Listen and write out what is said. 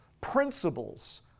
principles